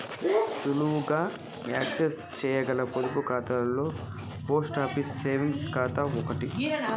సులువుగా యాక్సెస్ చేయగల పొదుపు ఖాతాలలో పోస్ట్ ఆఫీస్ సేవింగ్స్ ఖాతా ఓటి